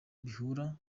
bihura